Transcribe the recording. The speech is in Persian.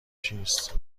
چیست